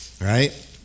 right